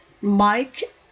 Mike